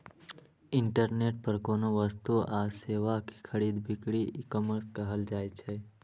internet पर कोनो वस्तु आ सेवा के खरीद बिक्री ईकॉमर्स कहल जाइ छै